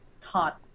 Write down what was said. taught